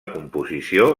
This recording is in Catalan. composició